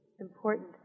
important